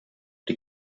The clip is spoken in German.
die